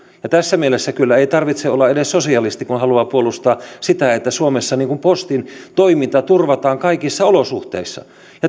ja tässä mielessä ei kyllä tarvitse olla edes sosialisti kun haluaa puolustaa sitä että suomessa postin toiminta turvataan kaikissa olosuhteissa